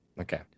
Okay